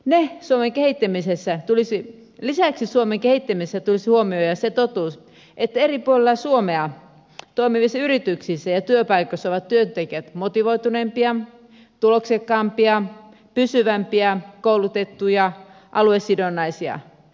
lisäksi suomen kehittämisessä tulisi huomioida se totuus että eri puolilla suomea toimivissa yrityksissä ja työpaikoissa ovat työntekijät motivoituneempia tuloksekkaampia pysyvämpiä koulutettuja aluesidonnaisia